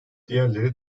diğerleri